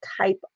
type